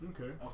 okay